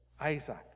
Isaac